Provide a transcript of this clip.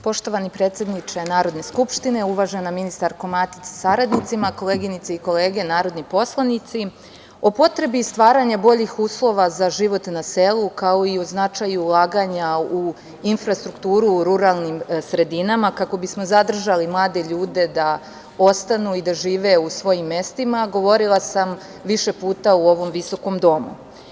Poštovani predsedniče Narodne skupštine, uvažena ministarko Matić sa saradnicima, koleginice i kolege narodni poslanici, o potrebi stvaranja boljih uslova za život na selu, kao i o značaju ulaganja u infrastrukturu u ruralnim sredinama kako bismo zadržali mlade ljude da ostanu i da žive u svojim mestima govorila sam više puta u ovom viskom Domu.